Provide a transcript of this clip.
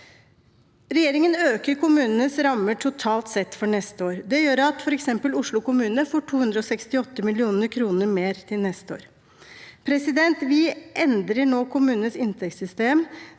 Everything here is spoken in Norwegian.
Regjeringen øker kommunenes rammer totalt sett for neste år. Det gjør f.eks. at Oslo kommune får 268 mill. kr mer til neste år. Vi endrer nå kommunenes inntektssystem,